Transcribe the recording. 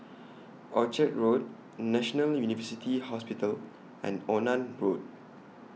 Orchard Road National University Hospital and Onan Road